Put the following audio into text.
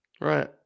Right